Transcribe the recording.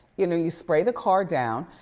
you know, you spray the car down,